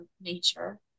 nature